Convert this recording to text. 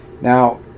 Now